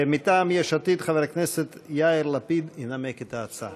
מטעם יש עתיד, חבר הכנסת יאיר לפיד ינמק את ההצעה.